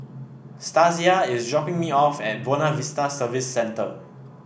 Stasia is dropping me off at Buona Vista Service Centre